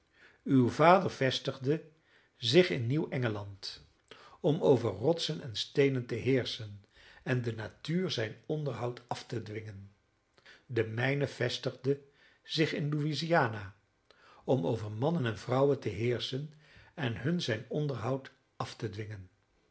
uw vader vestigde zich in nieuw engeland om over rotsen en steenen te heerschen en de natuur zijn onderhoud af te dwingen de mijne vestigde zich in louisiana om over mannen en vrouwen te heerschen en hun zijn onderhoud af te dwingen